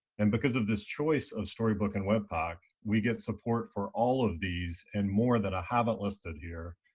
and because of this choice of storybook and webpack, we get support for all of these and more that i haven't listed here.